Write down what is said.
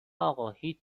اقا، هیچ